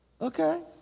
Okay